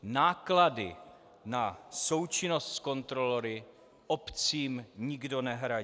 Náklady na součinnost s kontrolory obcím nikdo nehradí.